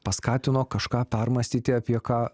paskatino kažką permąstyti apie ką